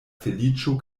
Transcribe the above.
feliĉo